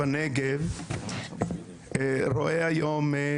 נמצא האחוז הכי נמוך בזכאות לבגרויות,